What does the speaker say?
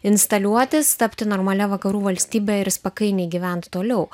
instaliuotis tapti normalia vakarų valstybe ir spakainiai gyvent toliau